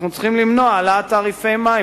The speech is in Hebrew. אנחנו צריכים למנוע העלאת תעריפי מים,